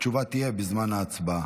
התשובה תהיה בזמן ההצבעה.